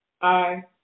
Aye